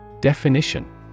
Definition